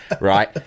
right